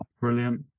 Brilliant